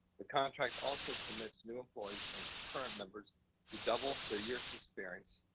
the contract also permits new employees and current members to double their years of experience.